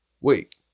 Wait